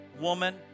woman